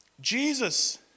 Jesus